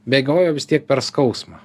bėgiojo vis tiek per skausmą